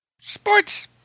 sports